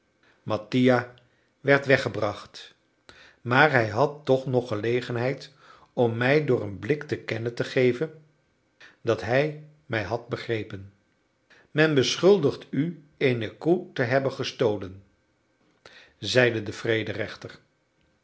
mattia werd weggebracht maar hij had toch nog gelegenheid om mij door een blik te kennen te geven dat hij mij had begrepen men beschuldigt u eene koe te hebben gestolen zeide de vrederechter